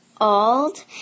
old